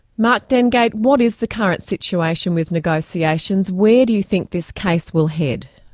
mark dengate, what is the current situation with negotiations? where do you think this case will head?